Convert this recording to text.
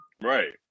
Right